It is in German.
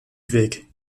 weg